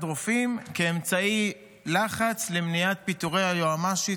רופאים כאמצעי לחץ למניעת פיטורי היועמ"שית,